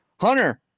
Hunter